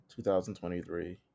2023